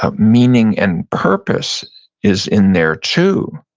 um meaning and purpose is in there too,